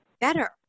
better